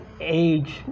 age